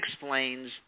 explains